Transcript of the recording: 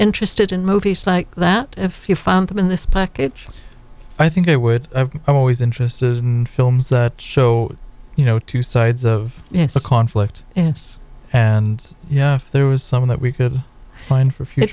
interested in movies like that if you found them in this package i think they would i'm always interested in films that show you know two sides of the conflict yes and yeah if there was some that we could find for f